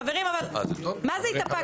חברים, אבל מה זה התאפקתי.